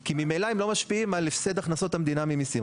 כי ממילא הם לא משפיעים על הפסד הכנסות המדינה ממסים.